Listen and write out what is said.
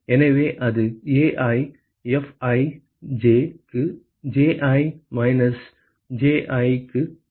எனவே அது AiFij க்கு Ji மைனஸ் Ji க்கு சமம்